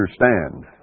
understand